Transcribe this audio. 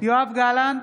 יואב גלנט,